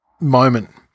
moment